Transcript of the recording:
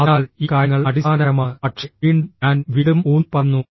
അതിനാൽ ഈ കാര്യങ്ങൾ അടിസ്ഥാനപരമാണ് പക്ഷേ വീണ്ടും ഞാൻ വീണ്ടും ഊന്നിപ്പറയുന്നു